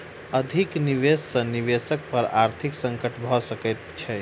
अधिक निवेश सॅ निवेशक पर आर्थिक संकट भ सकैत छै